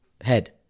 head